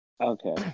Okay